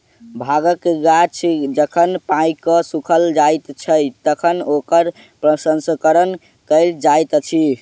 भांगक गाछ जखन पाइक क सुइख जाइत छै, तखन ओकरा प्रसंस्करण कयल जाइत अछि